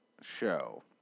show